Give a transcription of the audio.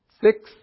Six